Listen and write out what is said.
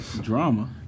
Drama